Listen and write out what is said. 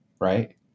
right